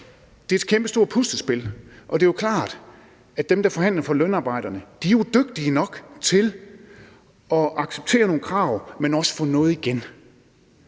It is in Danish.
Det er et kæmpestort puslespil, og det er jo klart, at dem, der forhandler for lønarbejderne, er dygtige nok til at acceptere nogle krav, men også få noget igen.